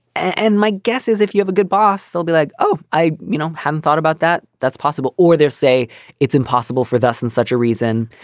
and my guess is if you have a good boss, they'll be like, oh, i you know hadn't thought about that. that's possible. or they'll say it's impossible for thus and such a reason.